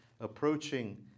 approaching